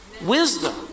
Wisdom